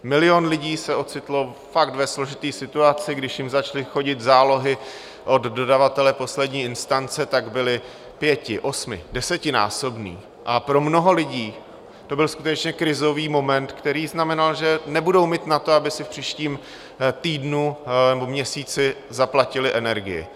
Milion lidí se ocitl fakt ve složité situaci, když jim začaly chodit zálohy od dodavatele poslední instance, tak byly pěti, osmi, desetinásobné a pro mnoho lidí to byl skutečně krizový moment, který znamenal, že nebudou mít na to, aby si v příštím týdnu nebo měsíci zaplatili energii.